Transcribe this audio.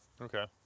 Okay